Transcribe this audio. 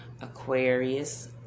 Aquarius